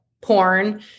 porn